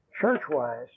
church-wise